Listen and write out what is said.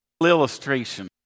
illustration